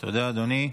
תודה, אדוני.